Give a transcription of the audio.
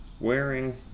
Wearing